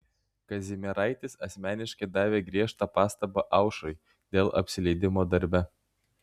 kazimieraitis asmeniškai davė griežtą pastabą aušrai dėl apsileidimo darbe